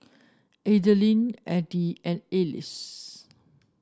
Adilene Edie and Alys